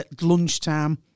lunchtime